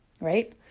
right